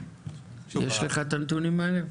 יש לך את הנתונים האלה?